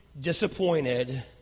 disappointed